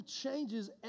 changes